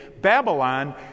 Babylon